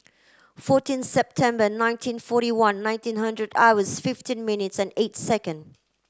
fourteen September nineteen forty one nineteen hundred hours fifteen minutes and eight second